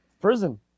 prison